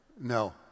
No